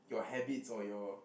your habits or your